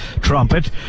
trumpet